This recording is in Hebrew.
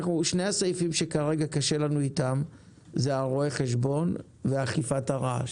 שני הסעיפים שכרגע קשה לנו איתם זה רואה החשבון ואכיפת הרעש,